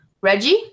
Reggie